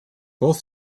both